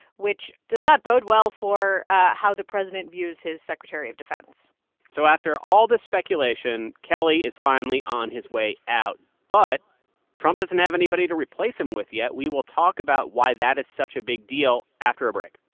which does not bode well for how the president views his secretary of defense so after all the speculation, kelly is finally on his way out. but trump doesn't have anybody to replace him with yet. we will talk about why that is such a big deal after a break